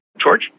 George